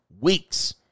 weeks